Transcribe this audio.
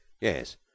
yes